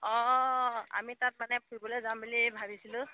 অঁ আমি তাত মানে ফুৰিবলে যাম বুলি ভাবিছিলোঁ